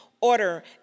order